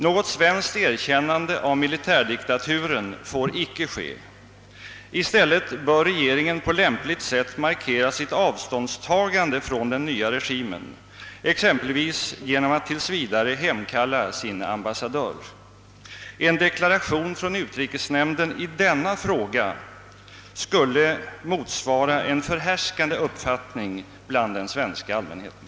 Något svenskt erkännande av militärdiktaturen får icke ske. I stället bör regeringen på lämpligt sätt markera sitt avståndstagande från den nya regimen, exempelvis genom att tills vidare hemkalla sin ambassadör. En deklaration från utrikesnämnden i denna fråga skulle motsvara en förhärskande uppfattning bland den svenska allmänheten.